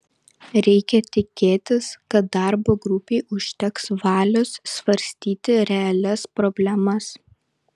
reikia tikėtis kad darbo grupei užteks valios svarstyti realias problemas